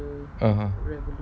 (uh huh)